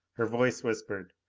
her voice whispered,